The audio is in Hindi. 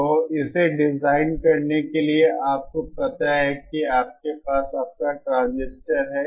तो इसे डिजाइन करने के लिए आपको पता है कि आपके पास अपना ट्रांजिस्टर है